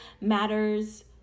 matters